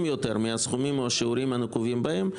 יותר מהסכומים או השיעורים הנקובים בהם,